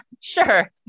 sure